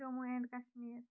Jammu and Kashmir